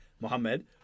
Mohammed